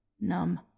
numb